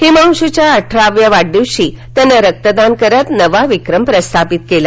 हिमांशूच्या अठराव्या वाढदिवशी त्यानं रक्तदान करत नवा विक्रम प्रस्थापित केला